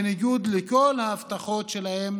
בניגוד לכל ההבטחות שלהם